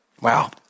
Wow